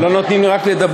הם רק לא נותנים לדבר.